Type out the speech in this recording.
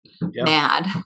mad